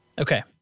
Okay